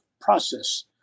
process